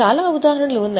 చాలా ఉదాహరణలు ఉన్నాయి